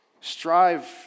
Strive